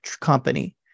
company